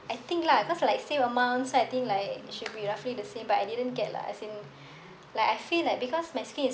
I think lah cause like same amount so I think like should be roughly the same but I didn't get lah as in like I feel like because my skin is